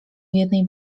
jednej